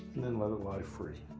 and then let it lie free.